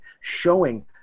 showing